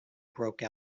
broke